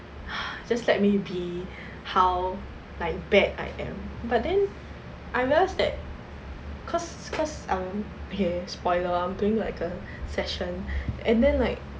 just let me be how like bad I am but then I realized that cause cause um okay spoiler okay I'm I'm doing like a session and then like